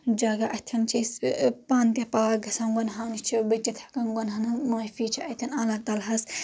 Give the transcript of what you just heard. جگہ اتٮ۪ن چھِ أسۍ پانہٕ تہِ پاک گژھان گۄنہو نِش چھِ بٔچِتھ ہیٚکان گۄنہانو معافی چھِ اتٮ۪ن اللہ تعالیٰ ہس